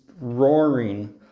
roaring